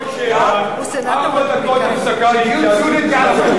על כל שאלה ארבע דקות הפסקה להתייעצות,